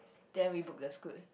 then we book the Scoot